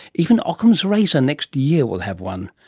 even ockham's razor next year will have one.